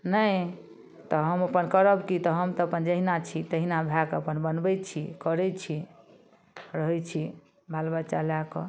नहि तऽ हम अपन करब की तऽ हम तऽ अपन जहिना छी तहिना भए कऽ अपन बनबै छी करै छी रहै छी बाल बच्चा लए कऽ